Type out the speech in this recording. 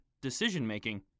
decision-making